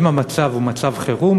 אם המצב הוא מצב חירום,